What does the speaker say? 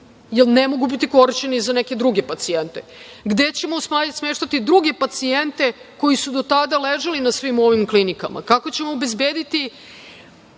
jer ne mogu biti korišćeni za neke druge pacijente, gde ćemo smeštati druge pacijente koji su do tada ležali na svim ovim klinikama, kako ćemo obezbediti